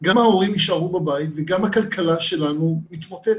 גם ההורים יישארו בבית וגם הכלכלה שלנו מתמוטטת.